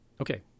Okay